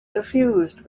suffused